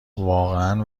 واقعا